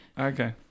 Okay